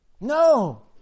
No